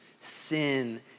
sin